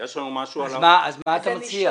אז מה אתה מציע?